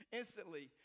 instantly